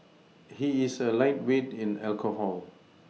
he is a lightweight in alcohol